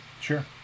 Sure